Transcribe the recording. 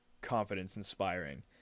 confidence-inspiring